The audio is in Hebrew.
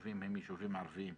הם ישובים ערבים.